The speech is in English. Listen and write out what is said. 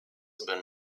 been